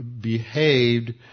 behaved